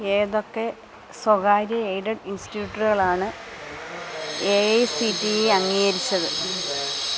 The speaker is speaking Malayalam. ഏതൊക്കെ സ്വകാര്യ എയ്ഡഡ് ഇൻസ്റ്റിറ്റ്യൂട്ടുകളാണ് A I C T E അംഗീകരിച്ചത്